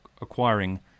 acquiring